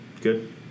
Good